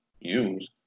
use